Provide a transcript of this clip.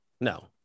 No